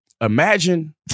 Imagine